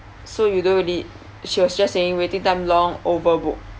so you don't really she was just saying waiting time long overbooked